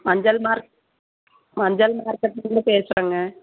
மஞ்சள் மார்க் மஞ்சள் மார்க்கெட்லிருந்து பேசுறேங்க